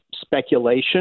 speculation